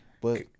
but-